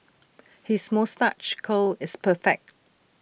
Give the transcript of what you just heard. his moustache curl is perfect